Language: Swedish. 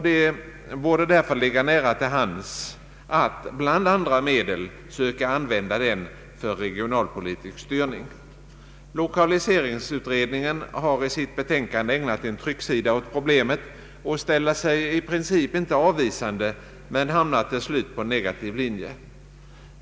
Det borde därför ligga nära till hands att bland andra medel söka använda den för regionalpolitisk styrning. Lokaliseringsutredningen har i sitt betänkande ägnat en trycksida åt problemet och ställer sig i princip inte avvisande men hamnar till slut på en negativ linje.